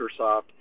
Microsoft